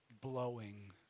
blowing